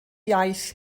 iaith